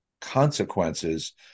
consequences